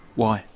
why?